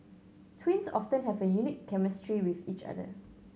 twins often have a unique chemistry with each other